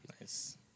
Nice